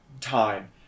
time